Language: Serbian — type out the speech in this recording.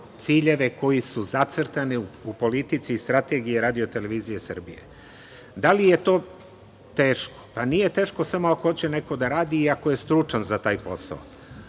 ciljeve koji su zacrtani u politici i strategiji RTS. Da li je to teško? Nije teško samo ako hoće neko da radi i ako je stručan za taj posao. Ako